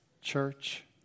church